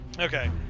Okay